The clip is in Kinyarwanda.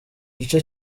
gice